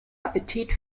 appetit